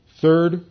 Third